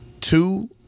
Two